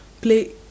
play